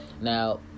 now